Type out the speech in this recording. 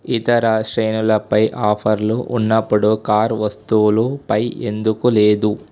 ఇతర శ్రేణులపై ఆఫర్లు ఉన్నప్పుడు కార్ వస్తువులుపై ఎందుకు లేదు